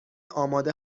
آماده